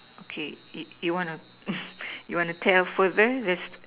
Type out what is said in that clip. okay you want a you want a tell further this